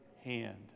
hand